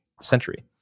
century